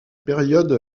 période